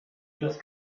just